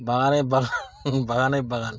মানে বাগানেই বাগান